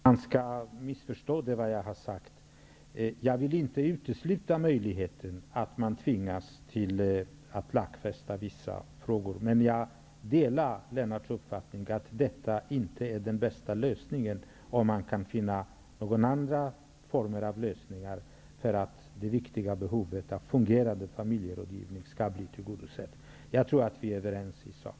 Herr talman! För att det inte skall missförstås vill jag tillägga att man inte skall utesluta möjligheten att man tvingas till att lagstifta i vissa frågor. Men jag delar Lennart Hedquists uppfattning att detta inte är den bästa lösningen utan att man bör finna andra lösningar för att det viktiga behovet av en fungerande familjerådgivning skall bli tillgodosett. Jag tror att vi är överens i sak.